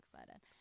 excited